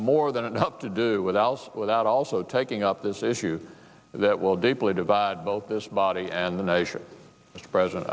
more than enough to do without us without also taking up this issue that will deeply divide both this body and the nation as a present